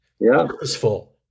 purposeful